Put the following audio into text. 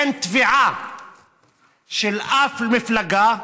אין תביעה של שום מפלגה,